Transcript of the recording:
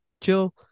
chill